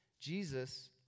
Jesus